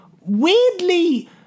weirdly